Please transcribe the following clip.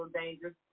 dangerous